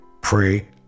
pray